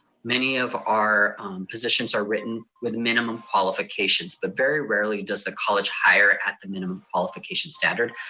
many of our positions are written with minimum qualifications, but very rarely does the college hire at the minimum qualification standard.